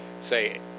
say